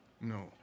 No